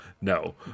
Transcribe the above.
No